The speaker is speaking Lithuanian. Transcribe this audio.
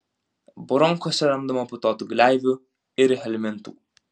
bronchuose randama putotų gleivių ir helmintų